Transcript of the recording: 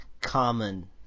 Common